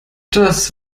das